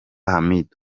hamidu